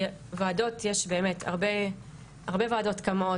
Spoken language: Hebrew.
כי הרבה ועדות קמות,